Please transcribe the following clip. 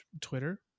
Twitter